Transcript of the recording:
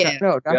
no